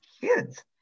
kids